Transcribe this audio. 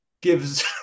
Gives